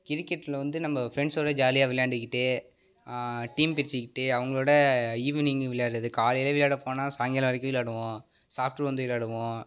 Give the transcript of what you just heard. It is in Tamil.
கிரிக்கெட்டில வந்து நம்ப ஃப்ரெண்ட்ஸோட ஜாலியாக விளையாண்டுகிட்டு டீம் பிரிச்சிக்கிட்டு அவங்ளோட ஈவினிங்கு விளையாடுறது காலையில் விளையாட போனால் சாய்ங்காலம் வரைக்கும் விளையாடுவோம் சாப்பிட்டு வந்து விளையாடுவோம்